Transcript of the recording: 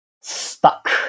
stuck